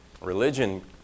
religion